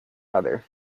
other